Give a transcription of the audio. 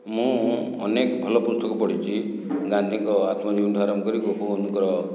ମୁଁ ଅନେକ ଭଲ ପୁସ୍ତକ ପଢ଼ିଛି ଗାନ୍ଧୀଙ୍କ ଆତ୍ମଜୀବନୀଠାରୁ ଆରମ୍ଭ କରି ଗୋପବନ୍ଧୁଙ୍କର